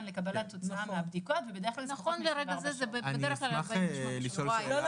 לקבלת תוצאה מהבדיקות ובדרך כלל זה פחות מ-24 שעות.